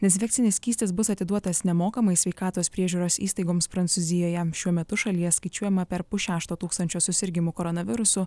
dezinfikcinis skystis bus atiduotas nemokamai sveikatos priežiūros įstaigoms prancūzijoje šiuo metu šalyje skaičiuojama per pusšešto tūkstančio susirgimų koronavirusu